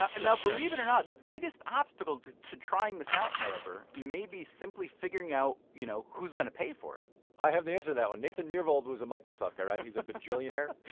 ah ah now believe it or not, the biggest obstacle to to trying this out, however, may be simply figuring out, you know, who's going to pay for it i have the answer to that one nathan myhrvold was a microsoft guy, right? he's a bajillionaire,